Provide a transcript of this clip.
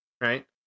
Right